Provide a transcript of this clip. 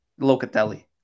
Locatelli